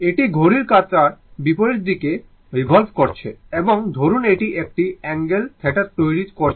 এটি ঘড়ির কাঁটার বিপরীত দিকে রিভল্ভ করছে এবং ধরুন এটি একটি অ্যাঙ্গেল θ তৈরি করছে